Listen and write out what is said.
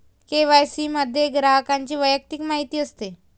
KYC मध्ये ग्राहकाची वैयक्तिक माहिती असते